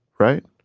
right?